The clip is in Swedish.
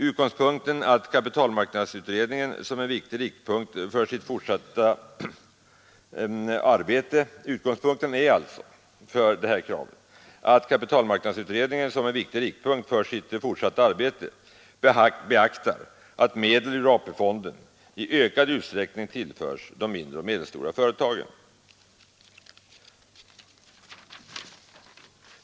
Utgångspunkten för det kravet är att kapitalmarknadsutredningen som en viktig riktpunkt för sitt fortsatta arbete beaktar att medel ur AP-fonden i ökad utsträckning tillföres de mindre och medelstora företagen.